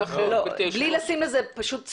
בלי לשים לזה פשוט סטופ.